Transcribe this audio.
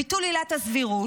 ביטול עילת הסבירות,